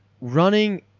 Running